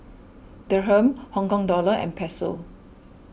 Dirham Hong Kong Dollar and Peso